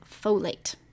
folate